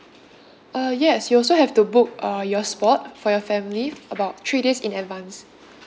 uh yes you also have to book uh your spot for your family about three days in advance